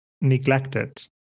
neglected